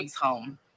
home